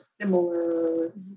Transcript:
similar